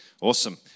Awesome